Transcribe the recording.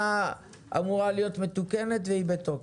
והיא בתוקף.